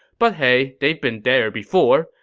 but hey, they've been there before.